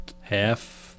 half